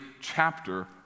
chapter